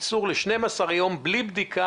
קיצור של 12 יום בלי בדיקה,